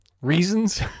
reasons